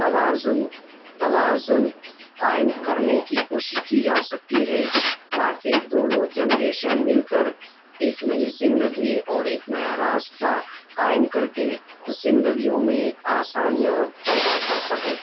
توازن توازن قائم کرنے کی کوشش کی جا سکتی ہے تاکہ دونوں جنریشن مل كر ایک نئی زندگی اور ایک نیا راستہ قائم کر کے زندگیوں میں آسانیاں پیدا کر سکیں